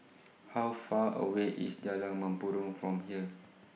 How Far away IS Jalan Mempurong from here